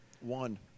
one